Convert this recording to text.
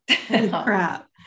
crap